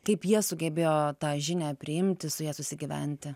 kaip jie sugebėjo tą žinią priimti su ja susigyventi